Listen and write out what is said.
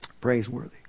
Praiseworthy